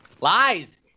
Lies